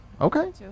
okay